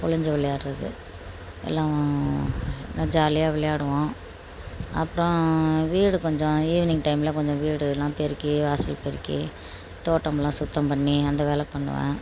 ஒளிஞ்சு விளையாடுறது எல்லாம் நல்லா ஜாலியாக விளையாடுவோம் அப்புறம் வீடு கொஞ்சம் ஈவினிங் டைமில் கொஞ்சம் வீடெல்லாம் பெருக்கி வாசல் பெருக்கி தோட்டம்லாம் சுத்தம் பண்ணி அந்த வேலை பண்ணுவேன்